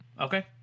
Okay